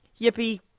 Yippee